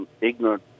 ignorant